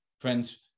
Friends